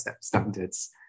standards